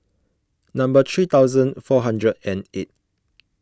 number three thousand four hundred and eight